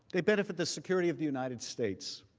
they benefit the security of the united states.